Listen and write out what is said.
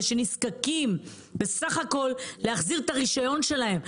שנזקקים בסך הכול להחזיר את הרישיון שלהם.